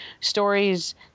stories